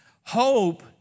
Hope